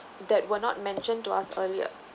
that were not mentioned to us earlier